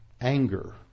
anger